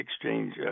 exchange